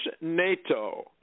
NATO